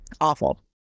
Awful